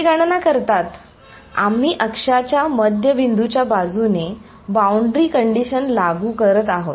ते गणना करतात आम्ही अक्षाच्या मध्यबिंदू च्या बाजूने बाउंड्री कंडिशन लागू करत आहोत